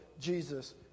Jesus